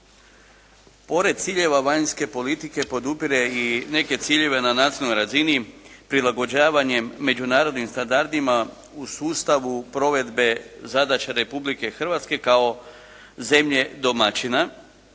pored ciljeva vanjske politike podupire i neke ciljeve na nacionalnoj razini prilagođavanjem međunarodnim standardima u sustavu provedbe zadaća Republike Hrvatske kao zemlje domaćina